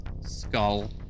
skull